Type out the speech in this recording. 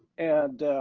and